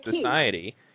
society